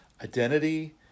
identity